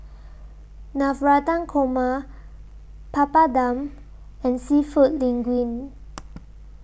Navratan Korma Papadum and Seafood Linguine